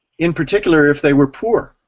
in particular if they were poor,